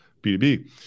B2B